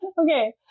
Okay